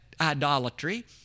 idolatry